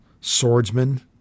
swordsman